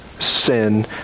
Sin